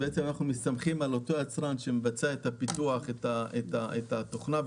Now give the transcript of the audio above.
אנחנו מסתמכים על אותו יצרן שמבצע את הפיתוח ואת התוכנה,